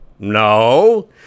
No